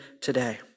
today